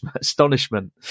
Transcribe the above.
astonishment